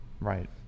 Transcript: Right